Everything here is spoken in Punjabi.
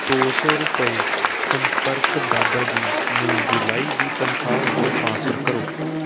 ਦੋ ਸੌ ਰੁਪਏ ਸੰਪਰਕ ਦਾਦਾ ਜੀ ਨੂੰ ਜੁਲਾਈ ਦੀ ਤਨਖਾਹ ਵਜੋਂ ਟ੍ਰਾਂਸਫਰ ਕਰੋ